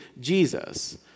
Jesus